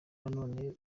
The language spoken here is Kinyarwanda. noneho